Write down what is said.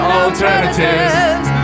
alternatives